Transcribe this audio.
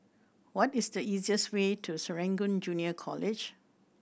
what is the easiest way to Serangoon Junior College